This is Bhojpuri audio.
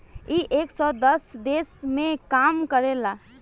इ एक सौ दस देश मे काम करेला